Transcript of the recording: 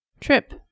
Trip